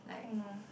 oh no